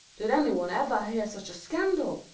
did anyone ever hear such a scandal!